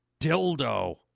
Dildo